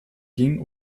ging